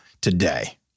today